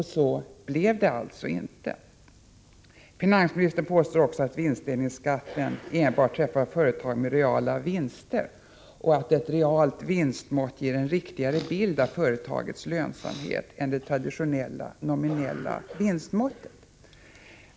Så blev det alltså inte. Vidare påstår finansministern att vinstdelningsskatten enbart träffar företag med reala vinster och att ett realt vinstmått ger en riktigare bild av företagets lönsamhet än det traditionella nominella vinstmåttet.